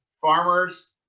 farmers